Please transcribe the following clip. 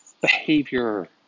behavior